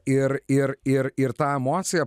ir ir ir ir tą emociją